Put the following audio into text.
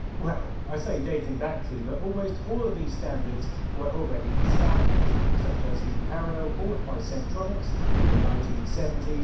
well, i say dating back to, but almost all of these standards were already established, such as the parallel port by centronics in the nineteen seventy